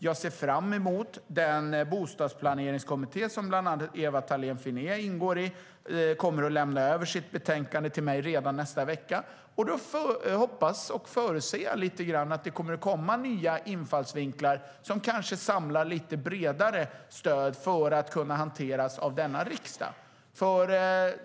Jag ser fram emot att den bostadsplaneringskommitté som bland andra Ewa Thalén Finné ingår i kommer att lämna över sitt betänkande till mig redan nästa vecka. Jag hoppas och förutser att det kommer att komma nya infallsvinklar som kanske samlar lite bredare stöd för att kunna hanteras av riksdagen.